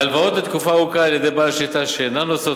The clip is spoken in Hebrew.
הלוואות לתקופה ארוכה על-ידי בעל שליטה שאינן נושאות